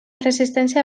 resistència